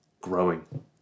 growing